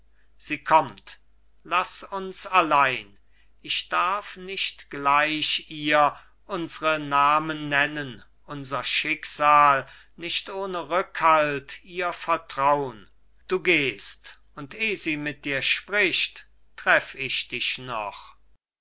sie kommt laß uns allein ich darf nicht gleich ihr unsre namen nennen unser schicksal nicht ohne rückhalt ihr vertraun du gehst und eh sie mit dir spricht treff ich dich noch